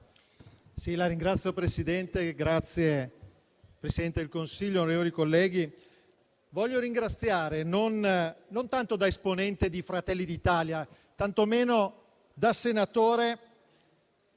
Signor Presidente, signor Presidente del Consiglio, onorevoli colleghi, voglio ringraziare, non tanto da esponente di Fratelli d'Italia, né tantomeno da senatore